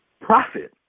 Profit